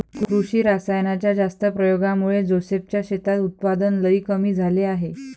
कृषी रासायनाच्या जास्त प्रयोगामुळे जोसेफ च्या शेतात उत्पादन लई कमी झाले आहे